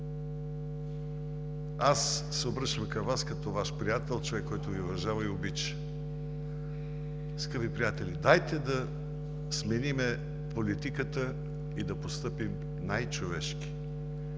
Обръщам се към Вас като Ваш приятел, човек, който Ви уважава и обича. Скъпи приятели, дайте да сменим политиката и да постъпим най-човешки!